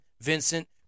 Vincent